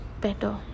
better